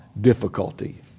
difficulty